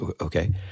okay